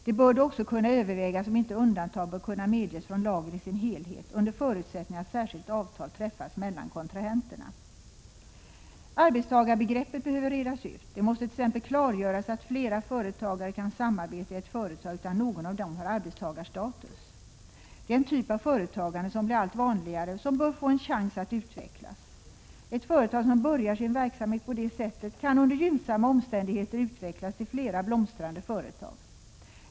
Det bör då också kunna övervägas om inte undantag bör kunna Arbetstagarbegreppet behöver redas ut. Det måste t.ex. klargöras att flera företagare kan samarbeta i ett företag utan att någon av dem har arbetstagarstatus. Det är en typ av företagande som blir allt vanligare och som bör få en chans att utvecklas. Ett företag som börjar sin verksamhet på det sättet kan under gynnsamma omständigheter utvecklas till flera blomstrande företag.